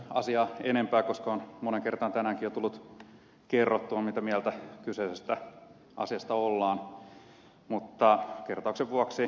ei pitkitetä asiaa enempää koska on moneen kertaan tänäänkin jo tullut kerrottua mitä mieltä kyseisestä asiasta ollaan mutta kertauksen vuoksi